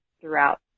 throughout